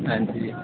हां जी